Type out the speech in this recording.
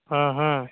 हँ हँ